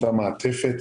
אותה מעטפת.